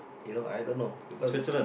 you know I don't know because